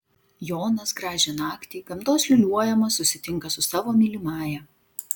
jonas gražią naktį gamtos liūliuojamas susitinka su savo mylimąja